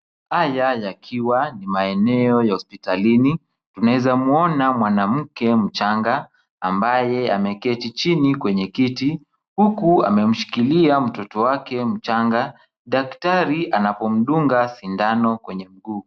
Haya yakiwa ni maeneo ya hospitalini, tunaeza muona mwanamke mchanga ambaye ameketi chini kwenye kiti, huku amemshikilia mtoto wake mchanga, daktari anapomdunga sindano kwenye mguu.